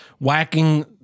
whacking